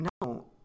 No